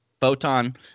Photon